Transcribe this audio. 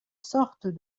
sorte